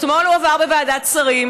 אתמול הוא עבר בוועדת שרים,